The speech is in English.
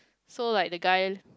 so like the guy